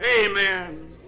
Amen